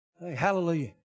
Hallelujah